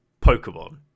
Pokemon